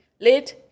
Lid